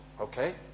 okay